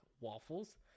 waffles